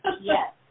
Yes